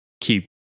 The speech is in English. keep